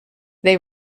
they